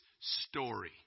story